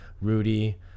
Rudy